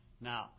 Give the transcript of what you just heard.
Now